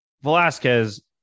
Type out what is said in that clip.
velasquez